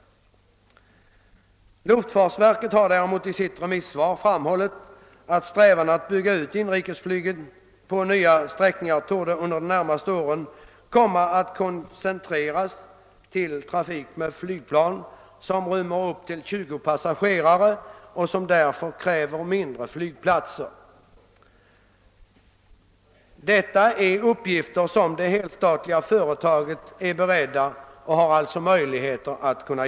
Luftfartsverket har däremot i sitt remissvar framhållit: »Strävandena att bygga ut inrikesflyget på nya sträckningar torde under de närmaste åren komma att koncentreras till trafik med flygplan, som rymmer upp till 20 passagerare och som därför kräver mindre flygplatser ———.» Detta är en uppgift som det helstatliga företaget är berett att taga på sig.